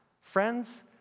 friends